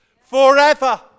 forever